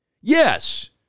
Yes